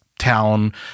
town